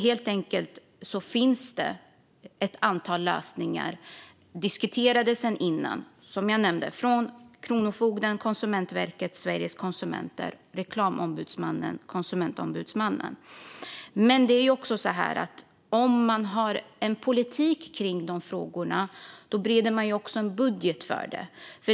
Det finns också ett antal lösningar diskuterade sedan tidigare, som jag nämnde, från Kronofogden, Konsumentverket, Sveriges Konsumenter, Reklamombudsmannen och Konsumentombudsmannen. Om man har en politik kring dessa frågor bereder man ju också en budget för dem.